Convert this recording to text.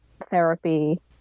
therapy